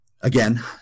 again